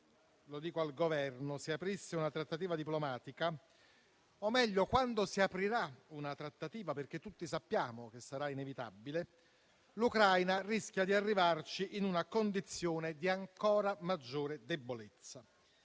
lo dico al Governo - si aprisse una trattativa diplomatica o, meglio, quando si aprirà una trattativa (perché tutti sappiamo che sarà inevitabile), l'Ucraina rischia di arrivarci in una condizione di ancor maggiore debolezza.